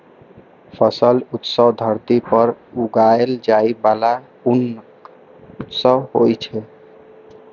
फसल उत्सव धरती पर उगाएल जाइ बला अन्नक उत्सव होइ छै